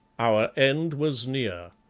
our end was near.